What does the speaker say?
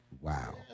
Wow